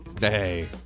Hey